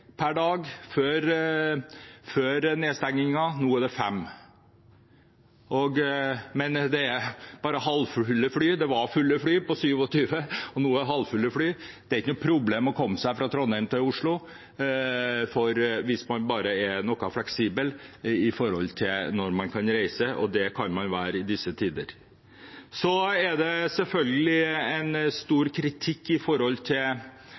det var 27, nå er det halvfulle fly. Det er ikke noe problem å komme seg fra Trondheim til Oslo hvis man bare er noe fleksibel med tanke på når man kan reise, og det kan man være i disse tider. Så er det selvfølgelig kommet sterk kritikk fra opposisjonen når det gjelder kriseplaner utover det å kjøpe flyruter. Det gjelder kontantstøtte, kompensasjon, som representanten fra Senterpartiet nevnte i